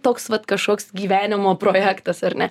toks vat kažkoks gyvenimo projektas ar ne